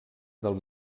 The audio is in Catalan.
del